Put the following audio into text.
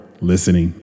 listening